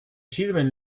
sirven